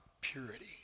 purity